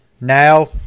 now